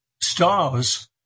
stars